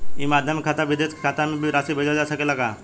ई माध्यम से खाता से विदेश के खाता में भी राशि भेजल जा सकेला का?